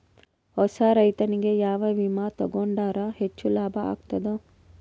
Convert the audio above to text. ಹೊಸಾ ರೈತನಿಗೆ ಯಾವ ವಿಮಾ ತೊಗೊಂಡರ ಹೆಚ್ಚು ಲಾಭ ಆಗತದ?